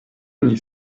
oni